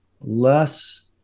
less